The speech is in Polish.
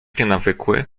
nienawykły